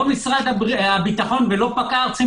לא משרד הביטחון ולא פקע"ר צריכים